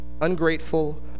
ungrateful